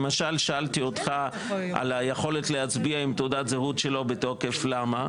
למשל שאלתי אותך על היכולת להצביע עם תעודת זהות שלא בתוקף למה?